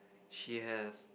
she has